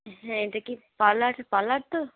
আচ্ছা এটা কি পার্লার পার্লার তো